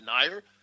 denier